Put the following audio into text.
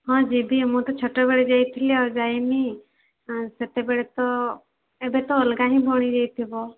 ହଁ ଯିବି ମୁଁ ତ ଛୋଟବେଳେ ଯାଇଥିଲି ଆଉ ଯାଇନି ସେତେବେଳେ ତ ଏବେ ତ ଅଲଗା ଯାଇଥିବ